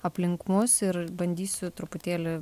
aplink mus ir bandysiu truputėlį